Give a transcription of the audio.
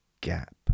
gap